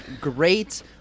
great